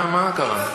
מה קרה?